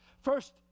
First